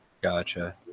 Gotcha